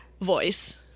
voice